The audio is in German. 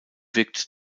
wirkt